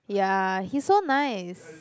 ya he's so nice